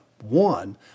one